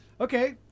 Okay